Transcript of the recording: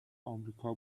آمریکا